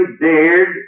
dared